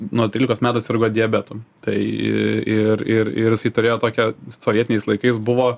nuo trylikos metų sirgo diabetu tai ir ir ir jisai turėjo tokią sovietiniais laikais buvo